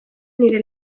nire